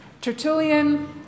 Tertullian